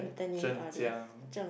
Zhejiang